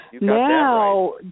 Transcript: Now